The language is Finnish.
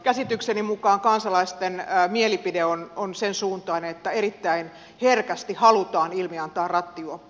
käsitykseni mukaan kansalaisten mielipide on sen suuntainen että erittäin herkästi halutaan ilmiantaa rattijuoppo